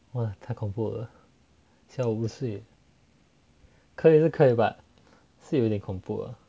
oh 太恐怖了小我五岁可以是可以 but 是有点恐怖